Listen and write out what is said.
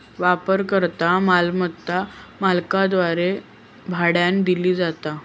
वापरकर्ता मालमत्ता मालकाद्वारे भाड्यानं दिली जाता